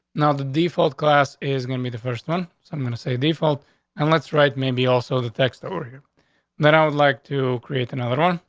now, the default class is gonna be the first one i'm going to say default and let's right, maybe also the text or here then i would like to create another one,